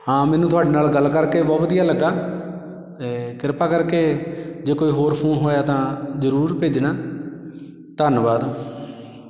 ਹਾਂ ਮੈਨੂੰ ਤੁਹਾਡੇ ਨਾਲ਼ ਗੱਲ ਕਰਕੇ ਬਹੁਤ ਵਧੀਆ ਲੱਗਾ ਕਿਰਪਾ ਕਰਕੇ ਜੇ ਕੋਈ ਹੋਰ ਫ਼ੋਨ ਹੋਇਆ ਤਾਂ ਜ਼ਰੂਰ ਭੇਜਣਾ ਧੰਨਵਾਦ